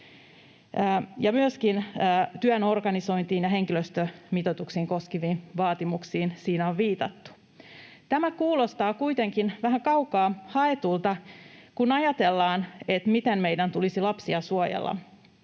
myöskin työn organisointiin ja henkilöstömitoitukseen koskeviin vaatimuksiin on viitattu. Tämä kuulostaa kuitenkin vähän kaukaa haetulta, kun ajatellaan, miten meidän tulisi lapsia suojella.